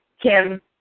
Kim